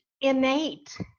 innate